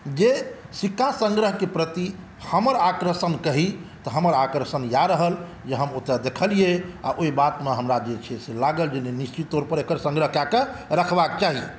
जे सिक्का सङ्ग्रहकेँ प्रति हमर आकर्षण कही तऽ हमर आकर्षण इएह रहल जे हम ओतऽ देखलियै आओर ओहि बातमे जे छै लागै जे निश्चित तौर पर एकर सङ्ग्रह कए कऽ राखबाक चाही